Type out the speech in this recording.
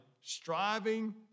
striving